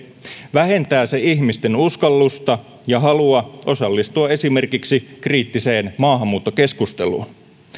vähentää se ihmisten uskallusta ja halua osallistua esimerkiksi kriittiseen maahanmuuttokeskusteluun